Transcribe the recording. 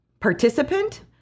participant